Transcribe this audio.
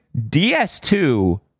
DS2